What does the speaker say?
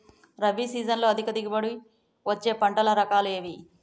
రబీ సీజన్లో అధిక దిగుబడి వచ్చే పంటల రకాలు ఏవి?